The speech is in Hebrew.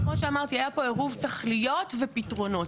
כמו שאמרתי, היה פה ערבוב תכליות ופתרונות.